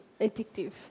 addictive